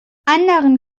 anderen